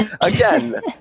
Again